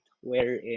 wherein